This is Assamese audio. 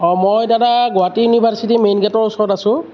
অঁ মই দাদা গুৱাহাটী ইউনিভাৰ্চিটীৰ মেইন গেটৰ ওচৰত আছো